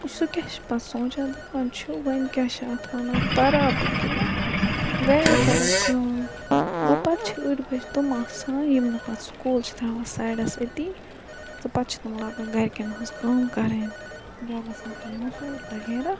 سُہ کیاہ چھُ پَتہٕ سونٛچان دپان چھُ وۄنۍ کیاہ چھِ اتھ وَنان پَرا بہٕ کِنہٕ گرِٕ کَرَو کٲم گوٚو پَتہٕ چھِ أڑۍ بَچہِ تِم آسان یِم نہٕ پَتہٕ سُکوٗل چھِ تراوان سایڈَس أتی تہٕ پَتہٕ چھِ تِم لاگان گَرکٮ۪ن ہٕنٛز کٲم کَرٕنۍ یا گَژھَن تِم موٚزوٗر وَغیرہ